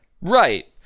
Right